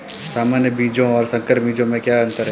सामान्य बीजों और संकर बीजों में क्या अंतर है?